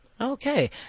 Okay